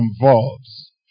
involves